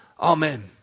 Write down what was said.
Amen